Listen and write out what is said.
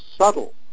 subtle